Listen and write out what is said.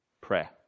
prayer